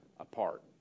apart